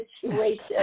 situation